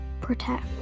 protect